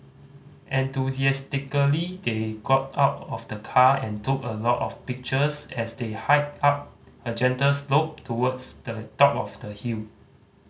enthusiastically they got out of the car and took a lot of pictures as they hiked up a gentle slope towards the top of the hill